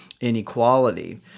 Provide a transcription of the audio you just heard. inequality